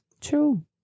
True